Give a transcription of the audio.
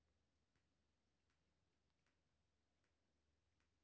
Sir हमरा bank से loan केना मिलते?